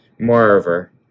Moreover